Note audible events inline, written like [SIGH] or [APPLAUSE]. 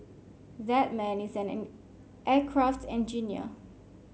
that man is an [UNINTELLIGIBLE] aircraft engineer